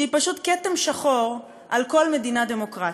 שהיא פשוט כתם שחור על כל מדינה דמוקרטית.